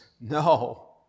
no